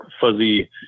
fuzzy